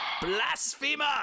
blasphemer